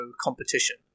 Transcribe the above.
competition